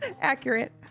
accurate